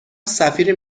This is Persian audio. سفیر